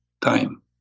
time